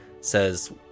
says